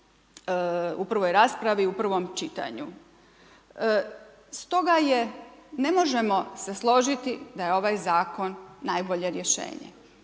u prvoj raspravi, u prvom čitanju. Stoga je, ne možemo se složiti da je ovaj Zakon najbolje rješenje.